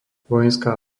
vojenská